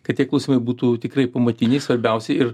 kad tie klausimai būtų tikrai pamatiniai svarbiausi ir